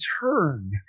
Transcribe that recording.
turn